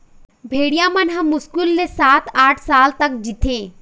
भेड़िया मन ह मुस्कुल ले सात, आठ साल तक जीथे